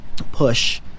push